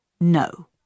No